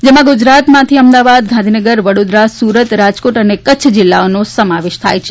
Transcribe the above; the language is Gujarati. તેમાં ગુજરાતમાંથી અમદાવાદ ગાંધીનગર વડોદરા સુરત રાજકોટ અને કચ્છ જિલ્લાઓનો પણ સમાવેશ થાય છે